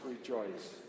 rejoice